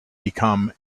become